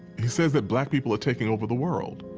he says that black people are taking over the world.